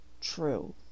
true